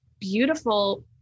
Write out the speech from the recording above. beautiful